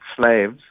slaves